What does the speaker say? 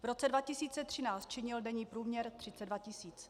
V roce 2013 činil denní průměr 32 tisíc.